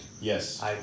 Yes